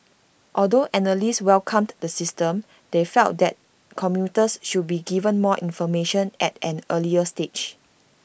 although analysts welcomed the system they felt that commuters should be given more information at an earlier stage